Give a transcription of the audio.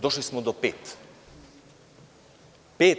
Došli smo do pet.